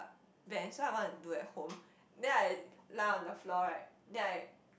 bench so I want to do at home then I lie on the floor right then I